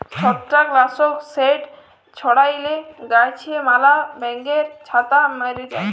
ছত্রাক লাসক যেট ছড়াইলে গাহাচে ম্যালা ব্যাঙের ছাতা ম্যরে যায়